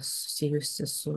susijusi su